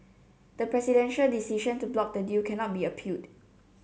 the presidential decision to block the deal cannot be appealed